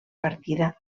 partida